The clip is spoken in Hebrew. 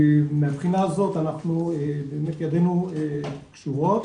מהבחינה הזאת אנחנו באמת ידנו קשורות